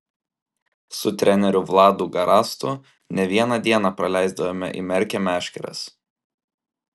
su treneriu vladu garastu ne vieną dieną praleisdavome įmerkę meškeres